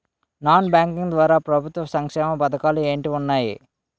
Non banking ద్వారా ప్రభుత్వ సంక్షేమ పథకాలు ఏంటి ఉన్నాయి?